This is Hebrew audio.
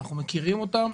אנחנו מכירים אותם,